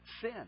sin